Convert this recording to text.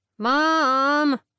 Mom